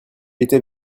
était